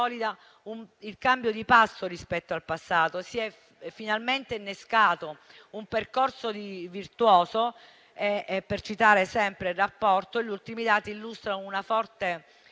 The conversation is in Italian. il cambio di passo rispetto al passato. Si è finalmente innescato un percorso virtuoso. Per citare sempre il rapporto, gli ultimi dati illustrano una forte